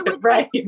right